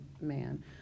man